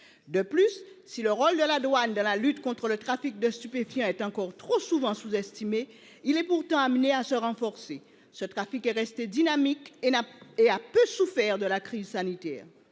De plus si le rôle de la douane de la lutte contre le trafic de stupéfiants est encore trop souvent sous-estimé. Il est pourtant amené à se renforcer ce trafic est resté dynamique et là et a peu souffert de la crise sanitaire.